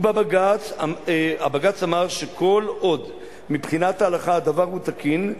ובג"ץ אמר שכל עוד מבחינת ההלכה הדבר הוא תקין,